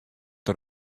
der